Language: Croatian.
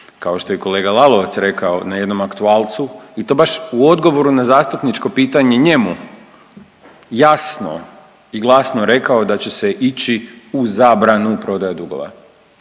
kao što je i kolega Lalovac rekao na jednom aktualcu i to baš u odgovoru na zastupničko pitanje njemu jasno i glasno rekao da će se ići u zabranu prodaje dugova.